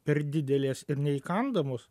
per didelės ir neįkandamos